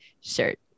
shirt